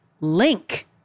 Link